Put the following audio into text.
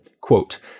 Quote